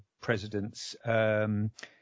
presidents